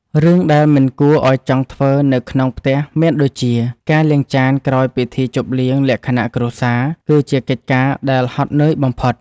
រឿងដែលមិនគួរឲ្យចង់ធ្វើនៅក្នុងផ្ទះមានដូចជា ការលាងចានក្រោយពិធីជប់លៀងលក្ខណៈគ្រួសារ គឺជាកិច្ចការដែលហត់នឿយបំផុត។